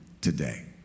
today